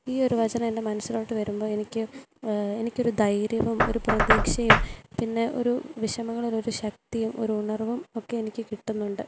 ഈയൊരു വചനം എൻ്റെ മനസ്സിലോട്ട് വരുമ്പം എനിക്ക് എനിക്കൊരു ധൈര്യവും ഒരു പ്രതീക്ഷയും പിന്നെ ഒരു വിഷമങ്ങളും ഒരു ശക്തിയും ഒരു ഉണർവും ഒക്കെ എനിക്ക് കിട്ടുന്നുണ്ട്